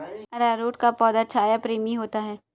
अरारोट का पौधा छाया प्रेमी होता है